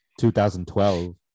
2012